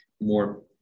more